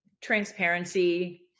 Transparency